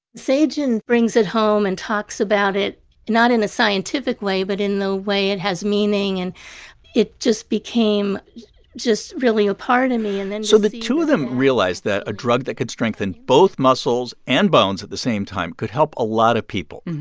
se-jin brings it home and talks about it not in a scientific way but in the way it has meaning. and it just became just really a part of me. and then. so the two of them realized that a drug that could strengthen both muscles and bones at the same time could help a lot of people.